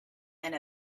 and